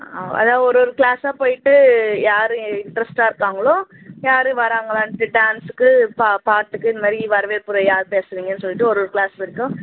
ஆ அதான் ஒரு ஒரு கிளாஸ்ஸாக போய்ட்டு யார் இண்ட்ரெஸ்ட்டாக இருக்காங்களோ யார் வர்றாங்களான்ட்டு டான்ஸுக்கு பாட்டுக்கு இந்தமாதிரி வரவேற்புரை யார் பேசுகிறீங்கன்னு சொல்லிட்டு ஒரு ஒரு கிளாஸ் வரைக்கும்